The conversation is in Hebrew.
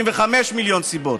ו-25 מיליון סיבות,